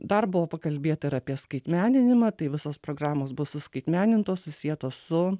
dar buvo pakalbėta ir apie skaitmeninimą tai visos programos bus suskaitmenintos susietos su